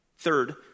Third